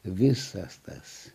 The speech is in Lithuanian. visas tas